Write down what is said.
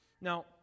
Now